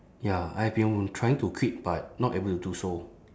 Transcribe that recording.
ya I have been trying to quit but not able to do so